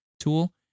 tool